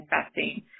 investing